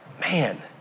Man